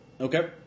Okay